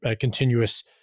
continuous